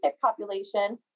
population